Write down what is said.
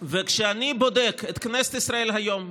וכשאני בודק את כנסת ישראל היום,